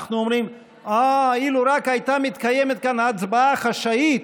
אנחנו אומרים: אילו רק הייתה מתקיימת הצבעה חשאית,